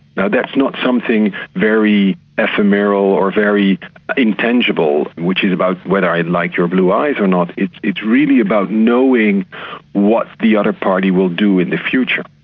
now that's not something very ephemeral or very intangible which is about whether i like your blue eyes or not, it's it's really about knowing what the other party will do in the future,